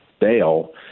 bail